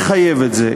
מחייב את זה.